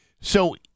so-